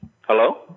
Hello